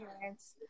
parents